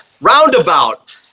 roundabout